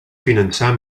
finançar